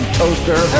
toaster